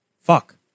fuck